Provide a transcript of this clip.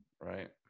right